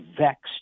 vexed